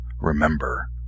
remember